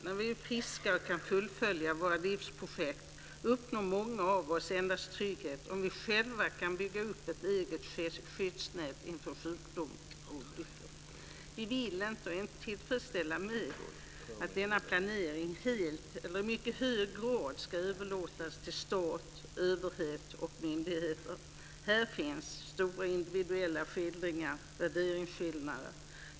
När vi är friska och kan fullfölja våra livsprojekt uppnår många av oss endast trygghet om vi själva kan bygga upp ett eget skyddsnät inför sjukdom och olyckor. Vi vill inte, och är inte tillfredsställda med, att denna planering helt eller till mycket stor del överlåts på stat, överhet och myndigheter. Här finns stora individuella värderingsskillnader.